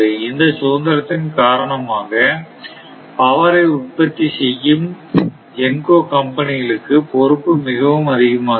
இந்த சுதந்திரத்தின் காலமாக பவரை உற்பத்தி செய்யும் GENCO கம்பெனிகளுக்கு பொறுப்பு மிகவும் அதிகமாகிறது